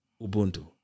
Ubuntu